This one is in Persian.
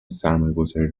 سرمایهگذاری